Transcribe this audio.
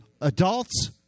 adults